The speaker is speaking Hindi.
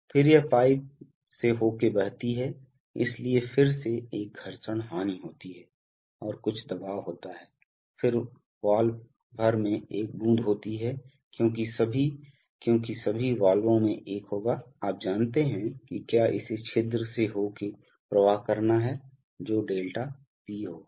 फिर यह पाइप से हो के बहती है इसलिए फिर से एक घर्षण हानि होती है और कुछ दबाव होता है फिर वाल्व भर में एक बूंद होती है क्योंकि सभी क्योंकि सभी वाल्वों में एक होगा आप जानते हैं कि क्या इसे छिद्र से हो के प्रवाह करना है जो ∆P होगा